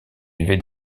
élevé